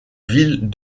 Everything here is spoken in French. ville